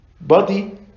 body